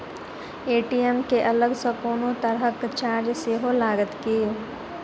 ATM केँ अलग सँ कोनो तरहक चार्ज सेहो लागत की?